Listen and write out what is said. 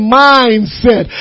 mindset